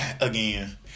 again